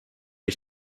ich